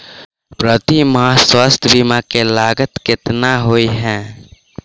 प्रति माह स्वास्थ्य बीमा केँ लागत केतना होइ है?